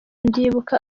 ndibuka